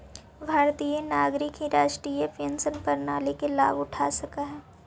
भारतीय नागरिक ही राष्ट्रीय पेंशन प्रणाली के लाभ उठा सकऽ हई